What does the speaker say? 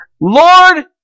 Lord